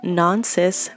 non-cis